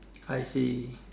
I see